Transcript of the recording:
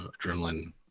adrenaline